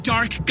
Dark